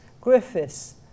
Griffiths